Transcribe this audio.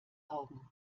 augen